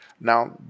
Now